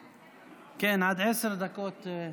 עד עשר דקות לרשותך.